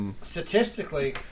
statistically